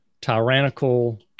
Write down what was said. tyrannical